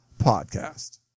podcast